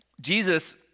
Jesus